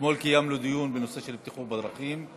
אתמול קיימנו דיון בנושא של בטיחות בדרכים.